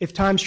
if times